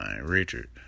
Richard